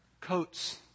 coats